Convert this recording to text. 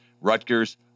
Rutgers